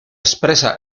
expresa